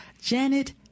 Janet